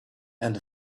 and